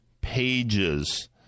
pages